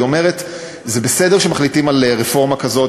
היא אומרת: זה בסדר שמחליטים על רפורמה כזאת,